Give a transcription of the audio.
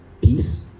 Peace